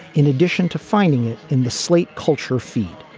in addition to finding it in the slate culture feed.